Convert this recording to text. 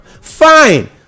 Fine